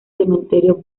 cementerio